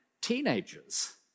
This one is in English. teenagers